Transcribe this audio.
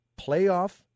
playoff